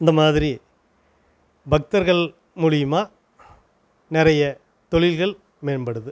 இந்த மாதிரி பக்தர்கள் மூலயமா நிறைய தொழில்கள் மேம்படுது